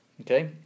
Okay